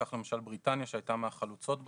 כך למשל בריטניה, שהייתה מהחלוצות בתחום,